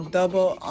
double